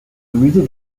musée